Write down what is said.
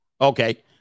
Okay